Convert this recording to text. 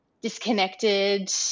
disconnected